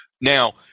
Now